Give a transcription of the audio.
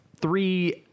three